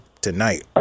tonight